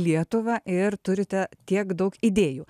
lietuvą ir turite tiek daug idėjų